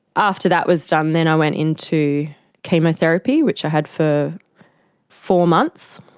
after that was done, then i went into chemotherapy which i had for four months.